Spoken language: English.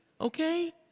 Okay